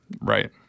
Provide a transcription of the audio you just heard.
Right